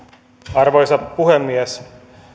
arvoisa puhemies